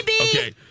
Okay